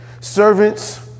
Servants